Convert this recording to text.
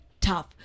tough